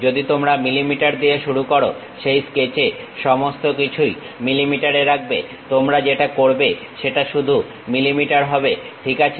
যদি তোমরা mm দিয়ে শুরু করো সেই স্কেচে সমস্ত কিছুই mm এ রাখবে তোমরা যেটা করবে সেটা শুধু mm হবে ঠিক আছে